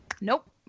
Nope